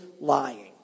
lying